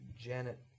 Janet